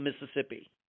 Mississippi